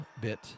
bit